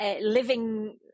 living